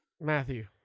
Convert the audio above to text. Matthew